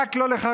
רק לא לחרדים.